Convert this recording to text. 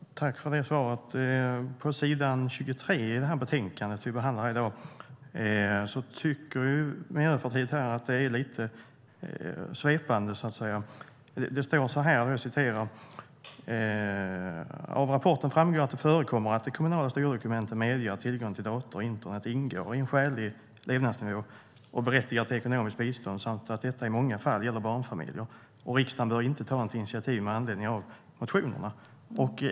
Herr talman! Tack för det svaret! Vi i Miljöpartiet tycker att det är lite svepande på s. 23 i det betänkande som vi behandlar i dag. Det står så här: "Av rapporten framgår att det förekommer att de kommunala styrdokumenten medger att tillgång till dator och internet ingår i en skälig levnadsnivå och berättigar till ekonomiskt bistånd samt att detta i många fall gäller barnfamiljer. Riksdagen bör inte ta något initiativ med anledning av motionerna."